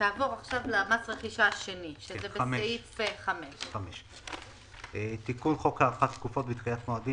מס רכישה שני 5. תיקון חוק הארכת תקופות ודחיית מועדים